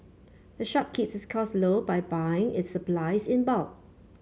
the shop keeps its costs low by buying its supplies in bulk